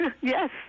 yes